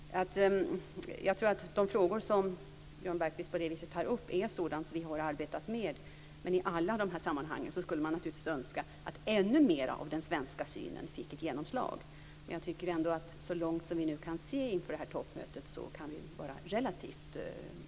På det viset är de frågor som Jan Bergqvist tar upp sådant som vi har arbetet med. Men i alla dessa sammanhang skulle man naturligtvis önska att ännu mer av den svenska synen fick genomslag. Men jag tycker ändå att vi, så långt vi kan se inför det här toppmötet, kan vara relativt nöjda.